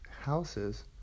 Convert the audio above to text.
Houses